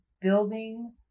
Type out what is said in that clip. building